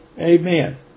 Amen